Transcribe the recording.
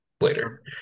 later